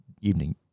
evening